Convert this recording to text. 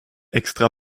extra